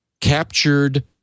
captured